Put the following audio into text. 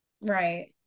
Right